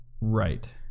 Right